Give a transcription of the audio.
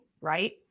right